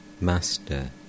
master